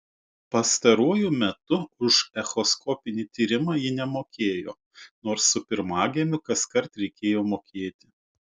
pastaruoju metu už echoskopinį tyrimą ji nemokėjo nors su pirmagimiu kaskart reikėjo mokėti